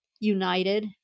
united